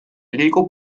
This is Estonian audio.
liigub